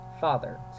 Father